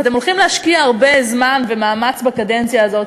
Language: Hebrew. ואתם הולכים להשקיע הרבה זמן ומאמץ בקדנציה הזאת,